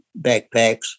backpacks